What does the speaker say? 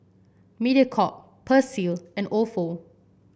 Mediacorp Persil and ofo